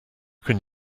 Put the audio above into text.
can